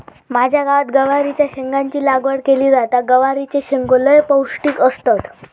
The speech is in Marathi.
माझ्या गावात गवारीच्या शेंगाची लागवड केली जाता, गवारीचे शेंगो लय पौष्टिक असतत